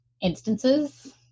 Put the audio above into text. instances